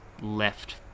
left